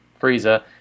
Frieza